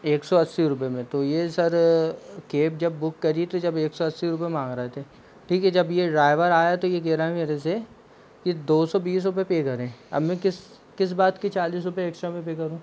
एक सौ अस्सी रुपए में तो ये सर केब जब बुक करी तो जब एक सौ अस्सी रुपये माँग रहे थे ठीक हे जब ये ड्राइवर आया तो ये कह रहा है मेरे से की दो सौ बीस रुपये पे करें अब मैं किस किस बात के चालीस रुपये एक्स्ट्रा मैं पे करूँ